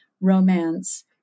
romance